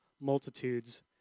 multitudes